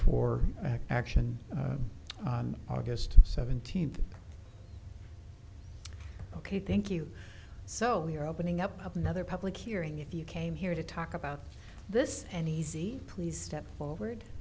for action on aug seventeenth ok thank you so we are opening up another public hearing if you came here to talk about this any easy please step forward